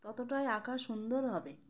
ততটাই আঁকা সুন্দর হবে